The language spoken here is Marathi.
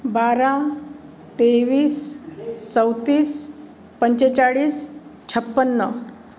बारा तेवीस चौतीस पंचेचाळीस छप्पन्न